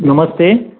नमस्ते